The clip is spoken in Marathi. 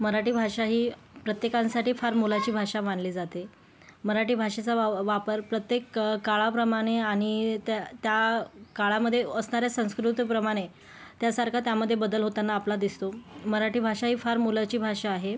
मराठी भाषा ही प्रत्येकासाठी फार मोलाची भाषा मानली जाते मराठी भाषेचा वा वापर प्रत्येक काळाप्रमाणे आणि त्या त्या काळामध्ये असणाऱ्या संस्कृतीप्रमाणे त्यासारखा त्यामध्ये बदल होताना आपल्याला दिसतो मराठी भाषा ही फार मोलाची भाषा आहे